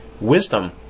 wisdom